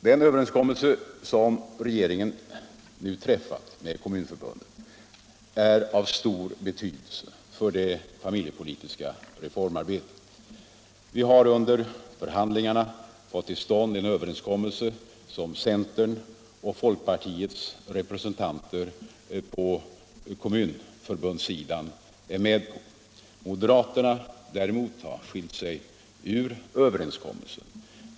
Den överenskommelse som regeringen nu träffat med Kommunförbundet är av stor betydelse för det familjepolitiska reformarbetet. Vi har under förhandlingarna fått till stånd en överenskommelse som centerpartiets och folkpartiets representanter på kommunförbundssidan är med på. Moderaterna däremot har dragit sig ur överenskommelsen.